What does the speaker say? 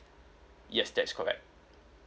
yes that's correct